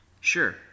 Sure